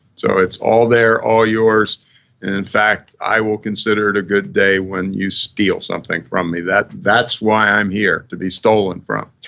so it's all there. all yours. and in fact, i will consider it a good day when you steal something from me. that's why i'm here, to be stolen from